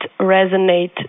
resonate